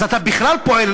אז אתה בכלל פועל